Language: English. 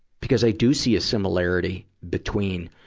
because i do see a similarity between,